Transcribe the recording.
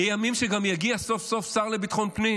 יהיו ימים שגם יגיע סוף-סוף שר לביטחון פנים,